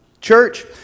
Church